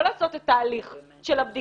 לא לעשות את ההליך של הבדיקה,